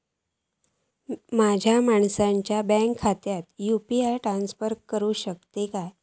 माझ्या घरातल्याच्या बँक खात्यात यू.पी.आय ट्रान्स्फर करुक शकतय काय?